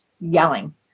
yelling